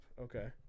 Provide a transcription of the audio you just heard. Okay